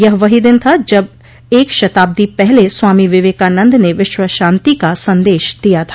यह वही दिन था जब एक शताब्दी पहले स्वामी विवेकानंद ने विश्व शांति का संदेश दिया था